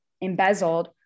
embezzled